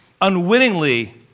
unwittingly